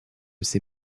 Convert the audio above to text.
ces